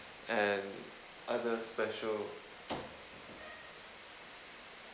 and other special